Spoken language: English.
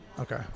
Okay